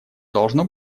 должно